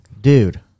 Dude